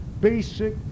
basic